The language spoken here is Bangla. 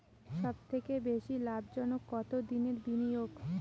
সবথেকে বেশি লাভজনক কতদিনের বিনিয়োগ?